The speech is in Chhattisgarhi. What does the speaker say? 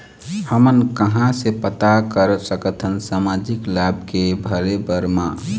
हमन कहां से पता कर सकथन सामाजिक लाभ के भरे बर मा?